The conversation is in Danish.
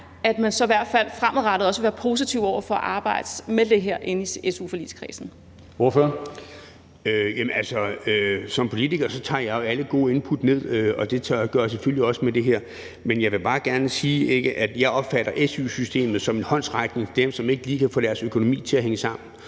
at man så i hvert fald fremadrettet også vil være positiv over for at arbejde med det her inde i su-forligskredsen. Kl. 10:21 Tredje næstformand (Karsten Hønge): Ordføreren. Kl. 10:21 Peter Juel-Jensen (V): Som politiker tager jeg jo alle gode input ned, og det gør jeg selvfølgelig også med det her. Men jeg vil bare gerne sige, at jeg opfatter su-systemet som en håndsrækning til dem, som ikke lige kan få deres økonomi til at hænge sammen.